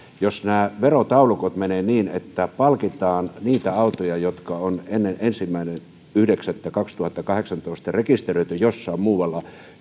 jos nämä verotaulukot menevät niin että palkitaan niitä autoja jotka on ennen ensimmäinen yhdeksättä kaksituhattakahdeksantoista rekisteröity jossain muualla